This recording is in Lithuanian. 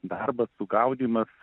darbas sugaudymas